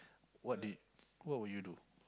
what do what will you do